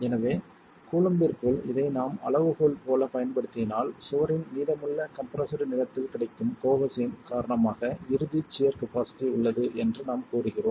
எனவே கூலம்பிற்குள் இதை நாம் அளவுகோல் போலப் பயன்படுத்தினால் சுவரின் மீதமுள்ள கம்ப்ரெஸ்டு நீளத்தில் கிடைக்கும் கோஹெஸின் காரணமாக இறுதி சியர் கபாஸிட்டி உள்ளது என்று நாம் கூறுகிறோம்